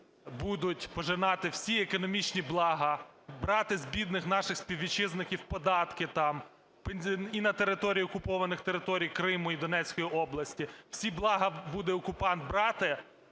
будуть пожинати всі економічні блага, брати з бідних наших співвітчизників податки там і на території окупованих територій Криму і Донецької області, всі блага окупант брати,